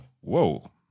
Whoa